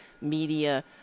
media